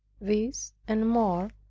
this and more,